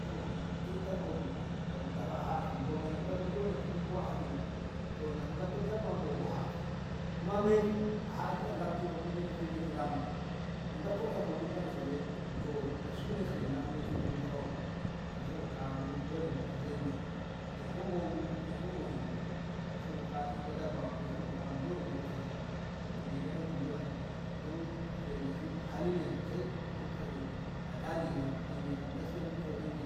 sabo ki dai dabba bu a gafa a hati ngo gafun ko a hati ko na gafko dabban ko a go hati kuma medi a hati a gafdi inde zonge kilama na gafko ƴa moɗi banatko dai na suk nosso na a metu kaba gafa'u to sabo ka'a dole mu zukte zonge daiko ngo bu daiko dabba bu daiko oshi bu to sabo ka'a daiko dabba mu bu dole mu zukta si zonge gyaɗak dudura dan zonge si haline ki si sosai mu zukta si ada jiire amma zonge kam gaskiya mu zukte zonge